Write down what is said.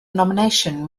nomination